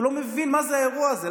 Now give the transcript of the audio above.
שהוא לא מבין מה זה האירוע הזה,